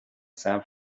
san